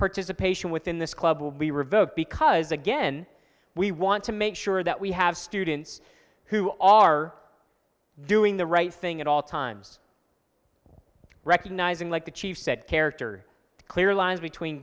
participation within this club will be revoked because again we want to make sure that we have students who are doing the right thing at all times recognizing like the chief said character clear lines between